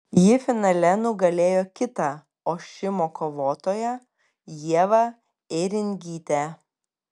ji finale nugalėjo kitą ošimo kovotoją ievą ėringytę